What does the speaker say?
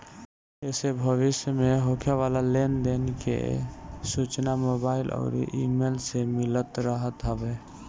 एसे भविष्य में होखे वाला लेन देन के सूचना मोबाईल अउरी इमेल से मिलत रहत हवे